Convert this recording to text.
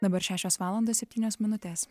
dabar šešios valandos septynios minutės